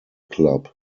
club